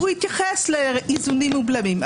הוא התייחס לאיזונים ובלמים.